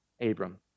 Abram